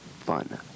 fun